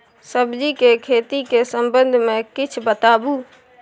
सब्जी के खेती के संबंध मे किछ बताबू?